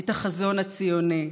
את החזון הציוני,